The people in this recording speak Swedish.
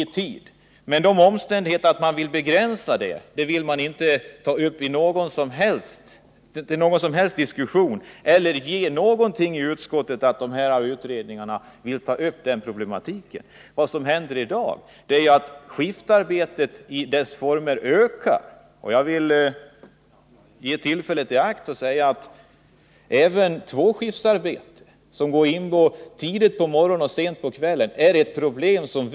Men den omständigheten att vi vill begränsa användandet av själva arbetsformen skiftarbete föranleder inte någon som helst diskussion inom utskottet. Utskottet vill inte heller uttala att nu arbetande utredningar skall ta upp denna problematik. Vad som i dag händer är att skiftarbete i olika former ökar. Och jag vill ta tillfället i akt att säga att även des.k. tvåskiftsarbetena— arbete pågår från tidigt på morgonen till sent på kvällen — utgör ett växande problem.